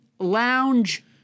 lounge